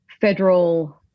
federal